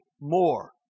more